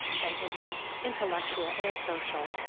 an interest, intellectual and social,